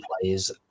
players